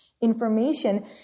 information